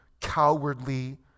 cowardly